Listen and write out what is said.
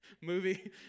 movie